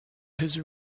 his